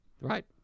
Right